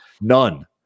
None